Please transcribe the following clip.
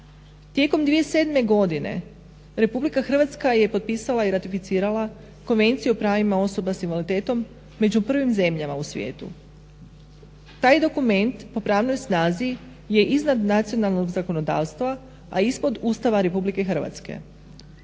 Tijekom 2007. godine RH je potpisala i ratificirala konvenciju o pravima osoba s invaliditetom među prvim zemljama u svijetu. Taj dokument po pravnoj snazi je iznad nacionalnog zakonodavstva a ispod Ustava RH. Konvencija je